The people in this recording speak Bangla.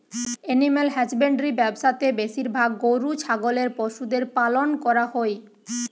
এনিম্যাল হ্যাজব্যান্ড্রি ব্যবসা তে বেশিরভাগ গরু ছাগলের পশুদের পালন করা হই